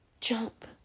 Jump